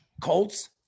Colts